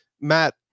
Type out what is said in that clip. matt